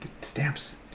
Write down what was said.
stamps